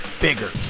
Bigger